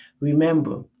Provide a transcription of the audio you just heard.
remember